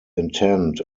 intent